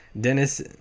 Dennis